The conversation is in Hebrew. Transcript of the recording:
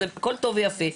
הכול טוב ויפה.